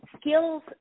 skills